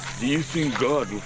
you think god